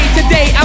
today